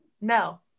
no